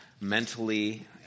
mentally